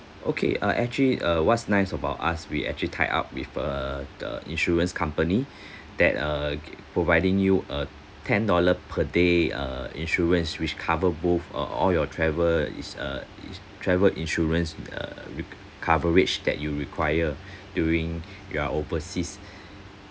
okay uh actually uh what's nice about us we actually tied up with a the insurance company that uh providing you a ten dollar per day uh insurance which cover both on all your travel it's a it's travel insurance err with coverage that you require during you're overseas